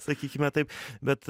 sakykime taip bet